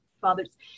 father's